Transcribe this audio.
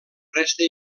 resta